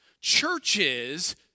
churches